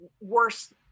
worse